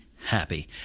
happy